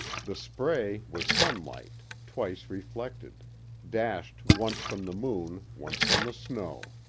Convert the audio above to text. the spray was sunlight, twice reflected dashed once from the moon, once from the snow.